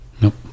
Nope